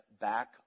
back